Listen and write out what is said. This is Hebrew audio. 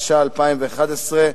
התשע"א 2011,